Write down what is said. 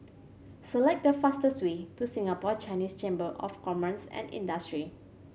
select the fastest way to Singapore Chinese Chamber of Commerce and Industry